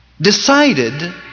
decided